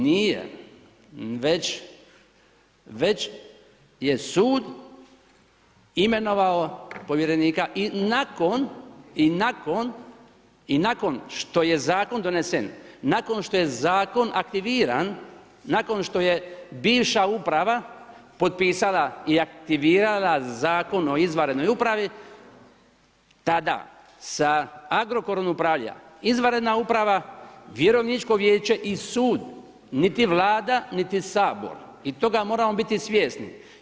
Nije, već je sud imenovao povjerenik i nakon, i nakon, i nakon što je zakon donese, nakon što je zakon aktiviran, nakon što je bivša uprava potpisala i aktivirala Zakon o izvanrednoj upravi tada sa Agrokorom upravlja izvanredna uprava, vjerovničko vijeće i sud, niti Vlada, niti Sabor i toga moramo biti svjesni.